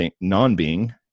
non-being